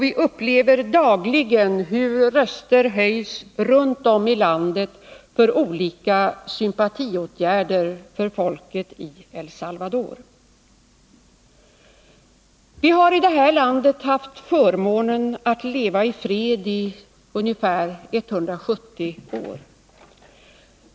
Vi upplever dagligen hur röster höjs runt om i landet för olika sympatiåtgärder för folket i El Salvador. Vi har i det här landet haft förmånen att leva i fred i ca 170 år.